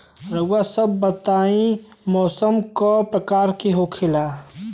रउआ सभ बताई मौसम क प्रकार के होखेला?